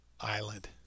island